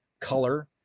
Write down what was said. color